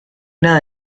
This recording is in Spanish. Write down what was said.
nada